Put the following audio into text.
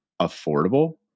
affordable